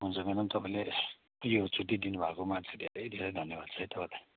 हुन्छ म्याडम तपाईँले यो छुट्टी दिनुभएकोमा चाहिँ धेरै धेरै धन्यवाद छ है तपाईँलाई